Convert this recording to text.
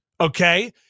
okay